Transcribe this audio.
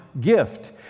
gift